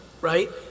right